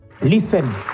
Listen